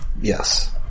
Yes